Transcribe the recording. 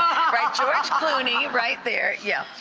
clooney right there, yeah.